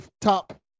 top